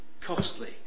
costly